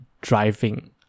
driving